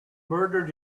murdered